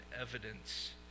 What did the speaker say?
evidence